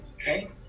okay